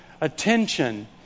attention